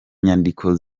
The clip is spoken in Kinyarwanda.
nyandiko